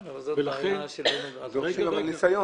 כן, אבל זאת בעיה שלא נוגעת לנושא.